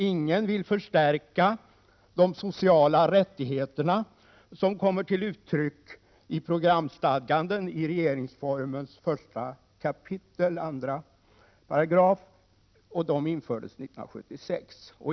Ingen vill förstärka de sociala rättigheterna, som kommer till uttryck i programstadganden i regeringsformens 1 kap. 2 §, och dessa rättigheter infördes 1976.